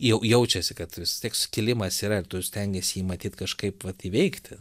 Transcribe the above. jau jaučiasi kad vis tiek skilimas yra ir tu stengies jį matyt kažkaip vat įveikti